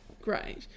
great